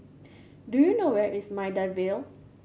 do you know where is Maida Vale